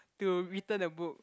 to return the book